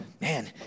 man